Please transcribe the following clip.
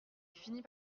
finit